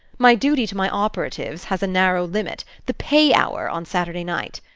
my duty to my operatives has a narrow limit the pay-hour on saturday night.